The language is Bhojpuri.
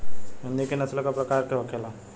हिंदी की नस्ल का प्रकार के होखे ला?